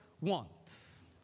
wants